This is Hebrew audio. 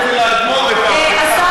תיאמנו ביחד אצל האדמו"ר את ההפיכה.